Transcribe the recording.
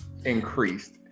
increased